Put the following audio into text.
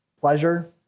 Pleasure